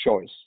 choice